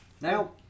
Now